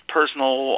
personal